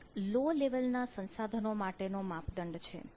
આ એક low level ના સંસાધનો માટે નો માપદંડ છે